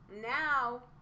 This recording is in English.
now